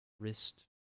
wrist